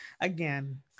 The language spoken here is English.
again